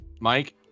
Mike